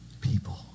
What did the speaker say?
People